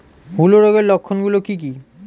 হূলো রোগের লক্ষণ গুলো কি কি?